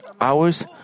hours